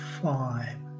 five